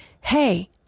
hey